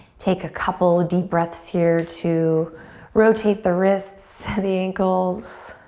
take a couple deep breaths here to rotate the wrists, the ankles.